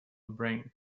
brain